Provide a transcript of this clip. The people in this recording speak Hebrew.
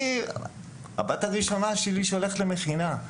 הבת הראשונה שלי שהולכת למכינה.